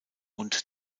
und